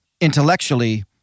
intellectually